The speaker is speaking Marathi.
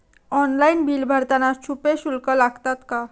ऑनलाइन बिल भरताना छुपे शुल्क लागतात का?